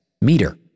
meter